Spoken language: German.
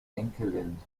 enkelin